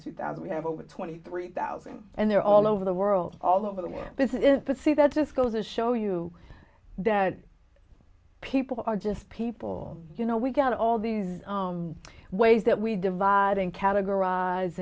two thousand we have over twenty three thousand and they're all over the world all over the man this is the sea that just goes to show you that people are just people you know we've got all these ways that we divide and categorize